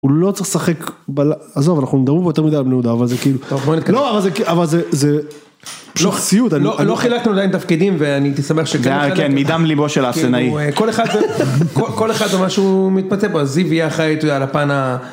הוא לא צריך לשחק עוזב אנחנו מדברים יותר מדי על בני יהודה אבל זה כאילו אבל זה כאילו אבל זה. לא סיוט אני לא חילקת עדיין תפקידים ואני אשמח שכן כן מידם ליבו של האפסנאי כל אחד כל אחד או משהו מתמצה בו אז זיו יהיה אחראי על הפן ה...